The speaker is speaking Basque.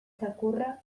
txakurra